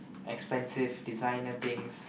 expensive designer things